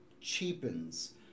cheapens